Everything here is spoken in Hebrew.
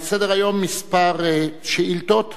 על סדר-היום כמה שאילתות